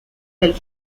del